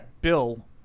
Bill